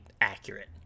accurate